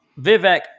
Vivek